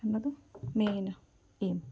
ಅನ್ನೋದು main aim